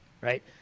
Right